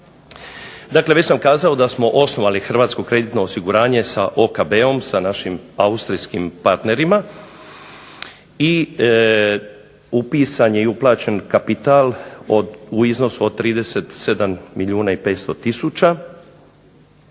Dakle, već sam kazao da smo osnovali hrvatsko kreditno osiguranje sa OKB-om, sa našim austrijskim partnerima i upisan je i uplaćen kapital u iznosu od 37 milijuna i 500 tisuća